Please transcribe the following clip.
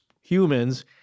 humans